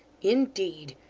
in-deed!